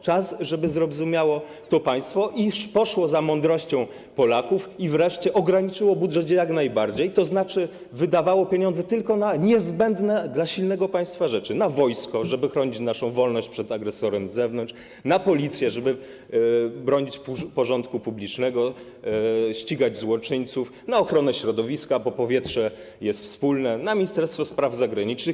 Czas, żeby zrozumiało to państwo, poszło za mądrością Polaków i wreszcie jak najbardziej ograniczyło budżet, tzn. wydawało pieniądze tylko na niezbędne dla silnego państwa rzeczy: na wojsko, żeby chronić naszą wolność przed agresorem z zewnątrz, na Policję, żeby bronić porządku publicznego, ścigać złoczyńców, na ochronę środowiska, bo powietrze jest wspólne, na Ministerstwo Spraw Zagranicznych.